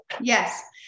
yes